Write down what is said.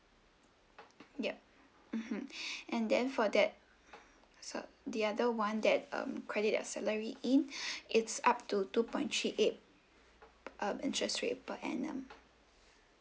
yup mmhmm and then for that so the other one that um credit your salary in it's up to two point three eight uh interest rate per annum